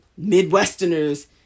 Midwesterners